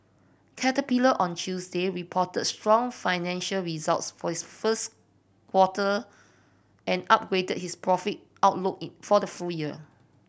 caterpillar on Tuesday reported strong financial results for its first quarter and upgraded its profit outlook for the full year